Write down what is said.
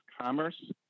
Commerce